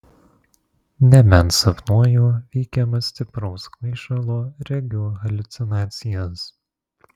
nebent sapnuoju veikiama stipraus kvaišalo regiu haliucinacijas